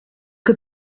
que